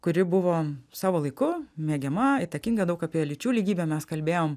kuri buvo savo laiku mėgiama įtakinga daug apie lyčių lygybę mes kalbėjom